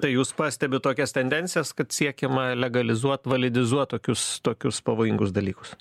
tai jūs pastebit tokias tendencijas kad siekiama legalizuot validizuot tokius tokius pavojingus dalykus